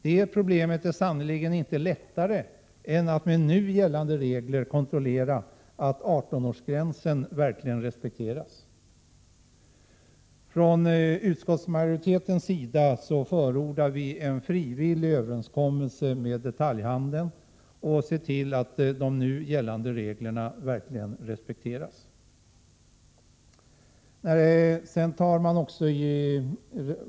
Det problemet är sannerligen inte lättare att lösa än att med nu gällande regler kontrollera att 18-årsgränsen verkligen respekteras. Vi i utskottsmajoriteten förordar en frivillig överenskommelse med detaljhandeln, som går ut på att man skall se till att nu gällande regler respekteras.